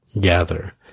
gather